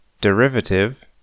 derivative